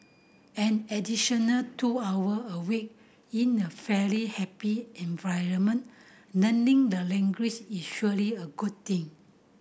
an additional two hour a week in a fairly happy environment learning the language is surely a good thing